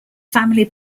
family